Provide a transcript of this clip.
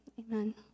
amen